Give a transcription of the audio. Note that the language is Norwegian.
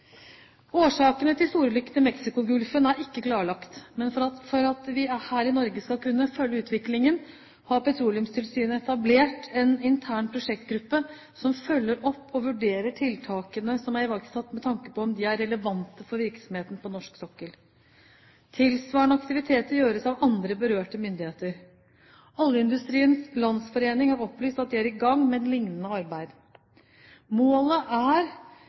Årsakene til storulykken i Mexicogolfen er ikke klarlagt, men for at vi her i Norge skal kunne følge utviklingen, har Petroleumstilsynet etablert en intern prosjektgruppe som følger opp og vurderer tiltakene som er iverksatt med tanke på om de er relevante for virksomheten på norsk sokkel. Tilsvarende aktiviteter gjøres av andre berørte myndigheter. Oljeindustriens Landsforening har opplyst at de er i gang med et lignende arbeid. Målet er